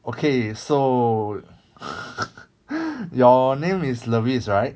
okay so your name is levis right